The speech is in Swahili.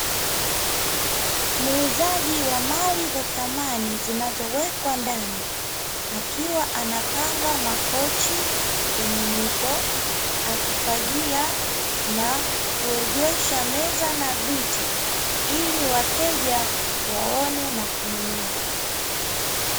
Muuzaji wa mali za samani zinazowekwa ndani akiwa anapanga makochi yenye mito, akifagia na kuegesha meza na viti ili wateja waone na kununua.